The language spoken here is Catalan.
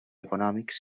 econòmics